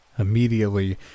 Immediately